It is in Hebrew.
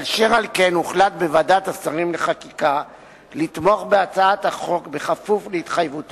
אשר על כן הוחלט בוועדת השרים לחקיקה לתמוך בהצעת החוק בכפוף להתחייבות